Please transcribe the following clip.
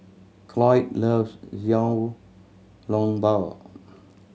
Cloyd loves Xiao Long Bao